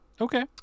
okay